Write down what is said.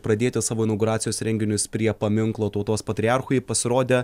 pradėti savo inauguracijos renginius prie paminklo tautos patriarchui pasirodė